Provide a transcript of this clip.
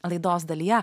laidos dalyje